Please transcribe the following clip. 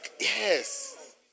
yes